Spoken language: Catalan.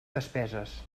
despeses